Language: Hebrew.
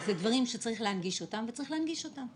אלה דברים שצריך להנגיש אותם וצריך להנגיש אותם.